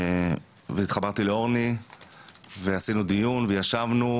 התחברתי לאורני זקס ועשינו דיון וישבנו,